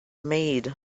made